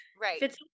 Right